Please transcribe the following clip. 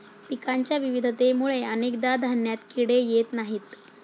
पिकांच्या विविधतेमुळे अनेकदा धान्यात किडे येत नाहीत